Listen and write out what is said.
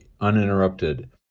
uninterrupted